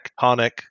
tectonic